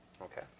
Okay